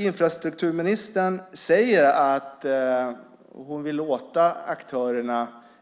Infrastrukturministern säger att hon vill låta